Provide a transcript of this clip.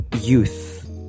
youth